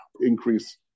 increase